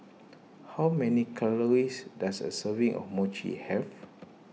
how many calories does a serving of Mochi have